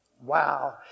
Wow